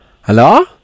Hello